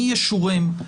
מי ישורם,